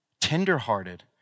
tenderhearted